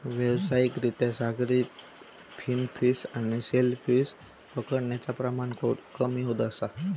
व्यावसायिक रित्या सागरी फिन फिश आणि शेल फिश पकडण्याचा प्रमाण कमी होत असा